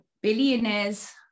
billionaire's